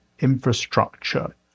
infrastructure